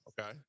okay